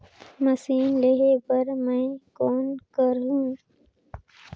Machine लेहे बर मै कौन करहूं?